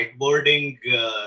whiteboarding